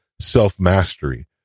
self-mastery